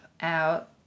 out